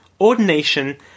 ordination